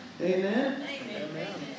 Amen